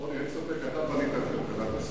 רוני, אין ספק, אתה בנית את כלכלת ישראל.